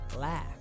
laugh